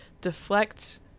deflect